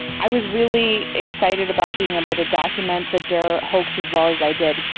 i was really excited about being able to document the dirr hoax as well as i did.